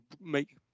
make